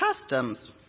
customs